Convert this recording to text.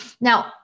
Now